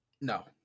No